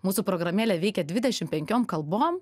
mūsų programėlė veikia dvidešim penkiom kalbom